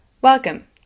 Welcome